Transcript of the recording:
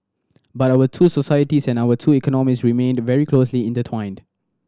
but our two societies and our two economies remained very closely intertwined